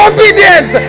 Obedience